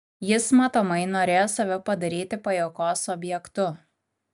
jis matomai norėjo save padaryti pajuokos objektu